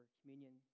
communion